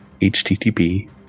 HTTP